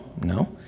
no